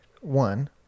One